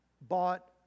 bought